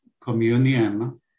communion